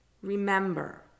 remember